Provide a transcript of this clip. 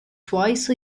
twice